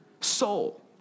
soul